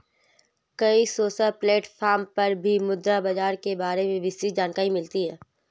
कई social platform पर भी मुद्रा बाजार के बारे में विस्तृत जानकरी मिलती है